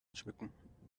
schmücken